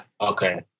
Okay